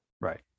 right